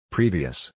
Previous